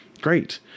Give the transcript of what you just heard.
great